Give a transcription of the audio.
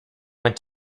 went